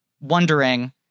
wondering